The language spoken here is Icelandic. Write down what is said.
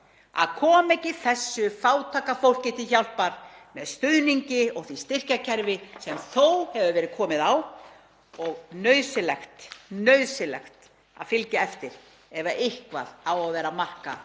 að koma ekki þessu fátæka fólki til hjálpar með stuðningi og því styrkjakerfi sem þó hefur verið komið á og nauðsynlegt að fylgja eftir ef eitthvað á að vera að